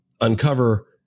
uncover